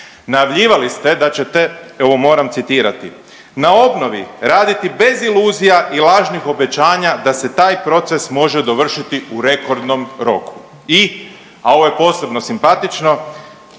Najavljivali ste da ćete, e ovo moram citirati, na obnovi raditi bez iluzija i lažnih obećanja da se taj proces može dovršiti u rekordnom roku i, a ovo je posebno simpatično,